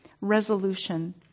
resolution